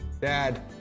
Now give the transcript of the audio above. Dad